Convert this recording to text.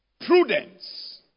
prudence